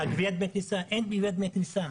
על גביית דמי כניסה אין גביית דמי כניסה.